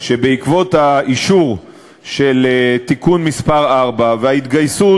שבעקבות האישור של תיקון מס' 4 וההתגייסות